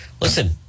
Listen